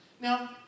Now